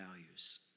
values